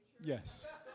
Yes